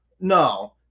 No